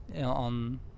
on